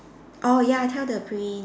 oh ya tell the prince